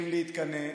צריכים להתקנא